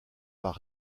par